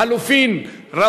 לחלופין,